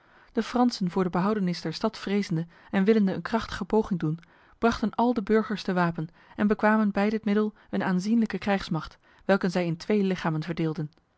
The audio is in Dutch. de fransen voor de behoudenis der stad vrezende en willende een krachtige poging doen brachten al de burgers te wapen en bekwamen bij dit middel een aanzienlijke krijgsmacht welke zij in twee lichamen verdeelden